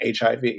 HIV